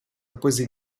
poésie